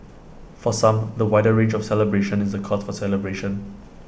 for some the wider range of celebrations is A cause for celebration